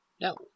No